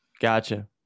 Gotcha